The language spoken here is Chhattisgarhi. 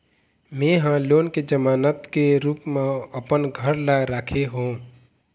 में ह लोन के जमानत के रूप म अपन घर ला राखे हों